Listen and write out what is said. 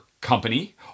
company